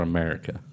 America